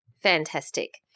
Fantastic